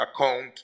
account